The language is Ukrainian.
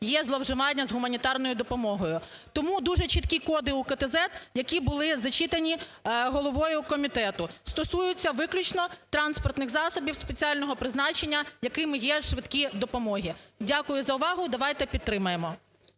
є зловживання з гуманітарною допомогою. Тому дуже чіткі коди УКТЗЕД, які були зачитані головою комітету, стосуються виключно транспортних засобів спеціального призначення, якими є швидкі допомоги. Дякую за увагу, давайте підтримаємо.